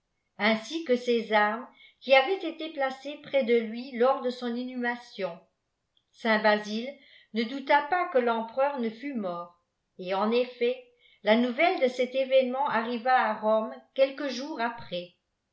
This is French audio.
ainsi que ses armes qui avaient été placées près de lui lors de son inhumation saint ôasile ne douta pas que l'empereur ne fût mort et en effet te nouvelle de cet événement arriva à rome quelques jours aprè